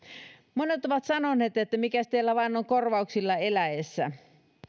monet ovat sanoneet että mikäs teillä on korvauksilla eläessä